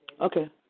Okay